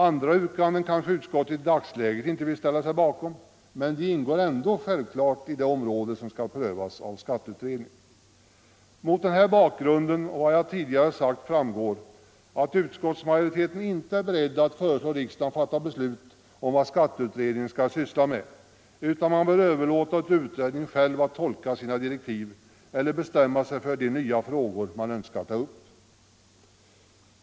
Andra yrkanden kanske utskottet i dagsläget inte vill ställa sig bakom, men de ingår ändå självklart i det område som skall prövas av skatteutredningen. Mot denna bakgrund och av vad jag tidigare sagt framgår att utskottsmajoriteten inte är beredd att föreslå riksdagen att fatta beslut om vad skatteutredningen skall syssla med, utan man bör överlåta åt utredningen själv att tolka sina direktiv eller bestämma sig för de nya frågor som utredningen önskar ta upp.